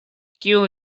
kiu